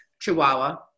Chihuahua